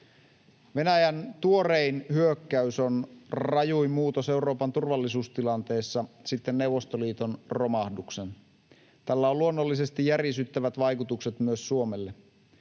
Venäjän tuorein hyökkäys on rajuin muutos Euroopan turvallisuustilanteessa sitten Neuvostoliiton romahduksen. Tällä on luonnollisesti järisyttävät vaikutukset myös Suomelle.